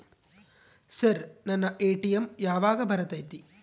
Sir ನನ್ನ ATM ಯಾವಾಗ ಬರತೈತಿ?